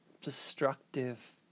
destructive